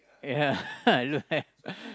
ya I don't have